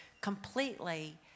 completely